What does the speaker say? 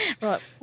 Right